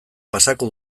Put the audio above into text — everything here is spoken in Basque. pasako